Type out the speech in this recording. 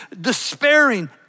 despairing